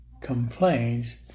complains